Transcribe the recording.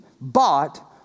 bought